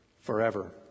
forever